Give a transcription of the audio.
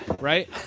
Right